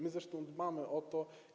My zresztą dbamy o to.